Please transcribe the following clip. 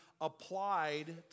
applied